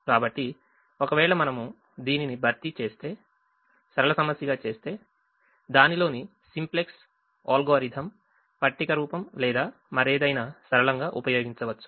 కాబట్టి ఒకవేళ మనము దీనిని భర్తీ చేసి సరళ సమస్యగా చేస్తే దానిలోని సింప్లెక్స్ అల్గోరిథం పట్టిక రూపం లేదా మరేదైనా సరళంగా ఉపయోగించవచ్చు